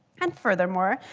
and furthermore,